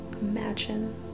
imagine